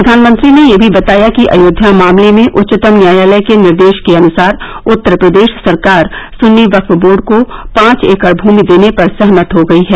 प्रधानमंत्री ने यह भी बताया कि अयोध्या मामले में उच्चतम न्यायालय के निर्देश के अनुसार उत्तर प्रदेश सरकार सुन्नी वक्फ बोर्ड को पांच एकड़ भूमि देने पर सहमत हो गई है